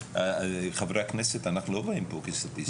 --- חברי הכנסת לא באים פה כסטטיסטיקה.